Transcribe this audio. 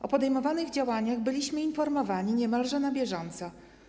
O podejmowanych działaniach byliśmy informowani niemalże na bieżąco.